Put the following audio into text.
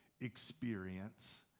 experience